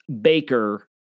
Baker